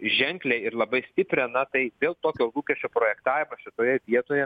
ženklią ir labai stiprią na tai vėl tokio lūkesčio projektavimas šitoje vietoje